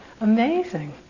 amazing